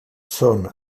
són